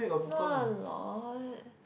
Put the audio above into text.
not a lot